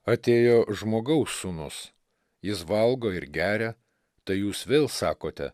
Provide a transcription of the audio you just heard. atėjo žmogaus sūnus jis valgo ir geria tai jūs vėl sakote